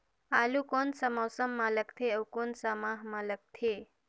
आलू कोन सा मौसम मां लगथे अउ कोन सा माह मां लगथे?